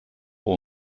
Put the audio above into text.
all